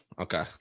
Okay